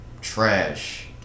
Trash